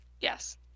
yes